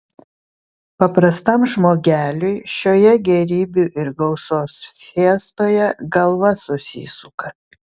paprastam žmogeliui šioje gėrybių ir gausos fiestoje galva susisuka